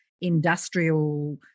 industrial